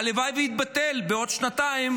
הלוואי שיתבטל בעוד שנתיים,